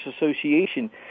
Association